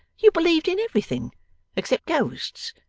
you believed in everything except ghosts.